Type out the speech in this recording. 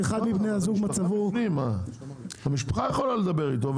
שאחד מהם מצבו --- המשפחה יכולה לדבר איתו.